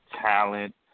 talent